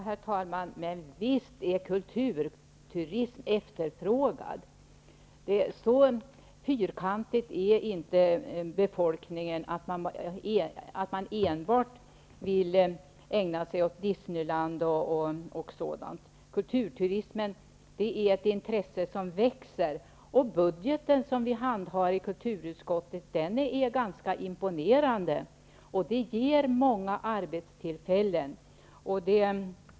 Herr talman! Men visst är kulturturism efterfrågad. Så fyrkantig är inte befolkningen att den enbart vill ägna sig åt Disneyland och liknande. Intresset för kulturturism växer. Den budget som vi handhar i kulturutskottet är ganska imponerande. Det ger många arbetstillfällen.